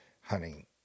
hunting